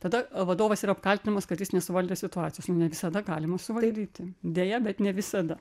tada vadovas yra apkaltinamas kad jis nesuvaldė situacijos nu ne visada galima suvaldyti deja bet ne visada